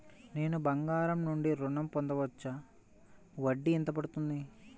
నేను బంగారం నుండి ఋణం పొందవచ్చా? వడ్డీ ఎంత పడుతుంది?